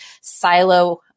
silo